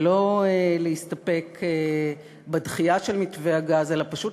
ולא להסתפק בדחייה של מתווה הגז אלא פשוט